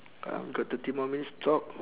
um got thirty more minutes to talk